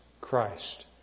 Christ